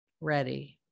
Ready